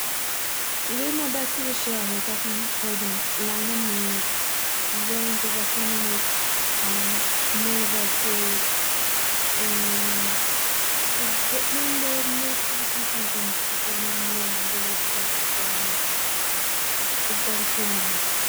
צו ווערן א בעסערע שרייבער דארף מען קודם ליינען מער, זעהן זיך באקענען מיט מער ווערטער, און ס'איז דא- כ'מיין ס'איז די מערסטע וואס מען קען טוהן צו קענען לערנען בעסער שרייבן איז דורך ליינען